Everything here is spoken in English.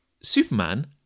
Superman